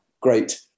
great